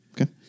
Okay